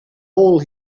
all